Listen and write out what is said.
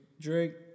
Drake